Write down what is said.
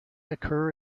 occur